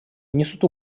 несут